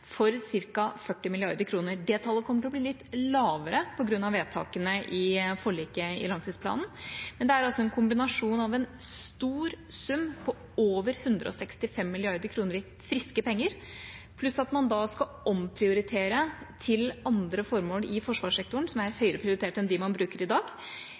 for ca. 40 mrd. kr. Det tallet kommer til å bli litt lavere på grunn av vedtakene i forliket i langtidsplanen, men det er en kombinasjon av en stor sum på over 165 mrd. kr i friske penger, pluss at man skal omprioritere til andre formål i forsvarssektoren som er høyere prioritert enn dem man prioriterer i dag,